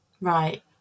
Right